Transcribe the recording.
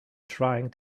trying